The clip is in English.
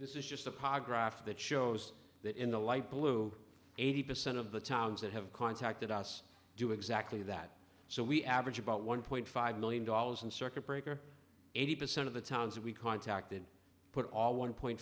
this is just the pa graph that shows that in the light blue eighty percent of the towns that have contacted us do exactly that so we average about one point five million dollars and circuit breaker eighty percent of the towns that we contacted put all one point